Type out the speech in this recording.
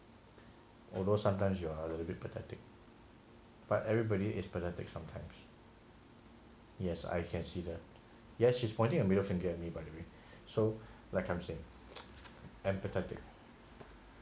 although sometimes you are a little bit pathetic but everybody is pathetic sometimes yes I can see that yes she's pointing a middle finger at me by the way so like I say empathetic